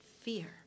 fear